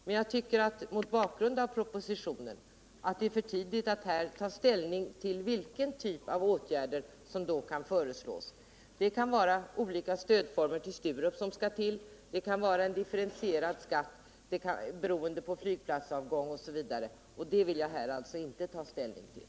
Jag tycker emellertid att det är för tidigt att nu ta ställning till vilken typ av åtgärder som då skall vidtas. Det kan vara olika former av stöd till Sturup, det kan vara en differentierad skatt osv. Dessa frågor vill jag alltså inte nu ta ställning till.